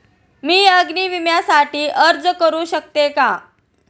मी अग्नी विम्यासाठी अर्ज करू शकते का?